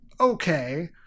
okay